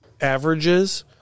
averages